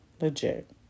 legit